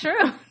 true